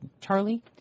Charlie